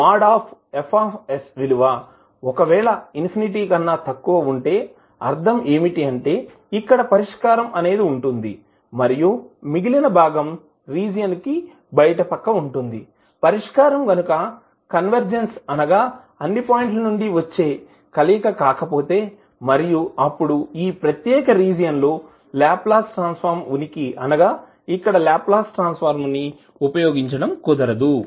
mod of F విలువ ఒకవేళ infinity కన్నా తక్కువ ఉంటే అర్ధం ఏమిటి అంటే ఇక్కడ పరిష్కారం అనేది ఉంటుంది మరియు మిగిలిన భాగం రీజియన్ కు బయట పక్క ఉంటుంది పరిష్కారం గనుక కన్వెర్జ్ అనగా అన్ని పాయింట్స్ నుండి వచ్చే కలయిక కాకపోతే మరియు అప్పుడు ఈ ప్రత్యేక రీజియన్ లో లాప్లాస్ ట్రాన్సఫర్మ్ ఉనికి అనగా ఇక్కడ లాప్లాస్ ట్రాన్సఫర్మ్ ని ఉపయోగించడం కుదరదు